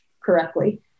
correctly